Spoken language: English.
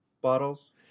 bottles